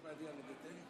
בבקשה,